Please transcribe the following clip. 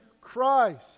christ